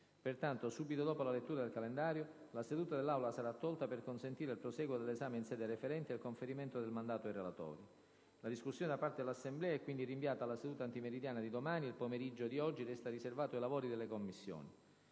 Pertanto, subito dopo la lettura del calendario, la seduta dell'Aula sarà tolta per consentire il prosieguo dell'esame in sede referente e il conferimento del mandato ai relatori. La discussione da parte dell'Assemblea è quindi rinviata alla seduta antimeridiana di domani e il pomeriggio di oggi resta riservato ai lavori delle Commissioni.